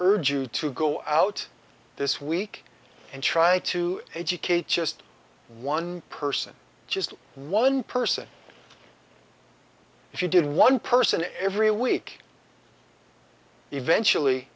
urge you to go out this week and try to educate just one person just one person if you did one person every week eventually